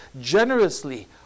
generously